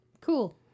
cool